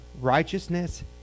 righteousness